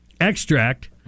extract